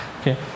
okay